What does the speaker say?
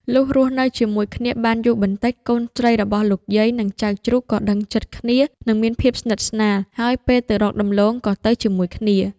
លុះរស់នៅជាមួយគ្នាបានយូបន្ដិច កូនស្រីរបស់យាយនឹងចៅជ្រូកក៏ដឹងចិត្ដគ្នានិងមានភាពស្និទ្ធស្នាល ហើយពេលទៅរកដំឡូងក៏ទៅជាមួយគ្នា។